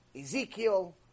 Ezekiel